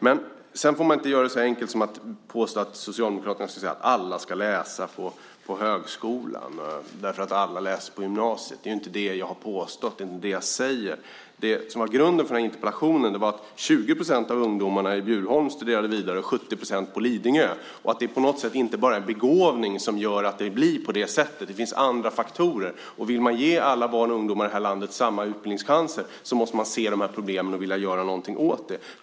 Men sedan får man inte göra det för enkelt för sig och påstå att Socialdemokraterna säger att alla ska läsa på högskolan eftersom alla läser på gymnasiet. Det är ju inte det jag har påstått, och det är inte det jag säger. Det som var grunden för den här interpellationen var att 20 % av ungdomarna i Bjurholm studerade vidare, medan 70 % på Lidingö gjorde det. Det är på något sätt inte bara begåvning som gör att det blir på det sättet. Det finns andra faktorer. Vill man ge alla barn och ungdomar i det här landet samma utbildningschanser måste man se de här problemen och vilja göra något åt dem.